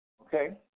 Okay